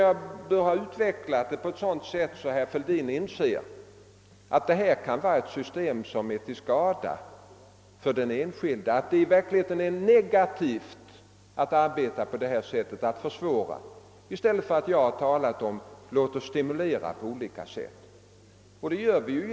Jag har nu utvecklat denna fråga på ett sådant sätt att jag tycker att herr Fälldin bör inse att det system han förordar kan vara till skada för den enskilde. Det är i själva verket ett negativt sätt att arbeta på, och det är ägnat att försvåra förhållandena i stället för att, något som jag också framhållit vikten av, verka stimulerande på olika sätt.